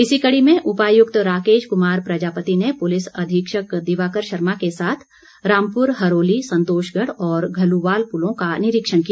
इसी कड़ी में उपायुक्त राकेश कुमार प्रजापति ने पूलिस अधीक्षक दिवाकर शर्मा के साथ रामपुर हरोली संतोषगढ़ और घलुवाल पुलों का निरीक्षण किया